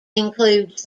includes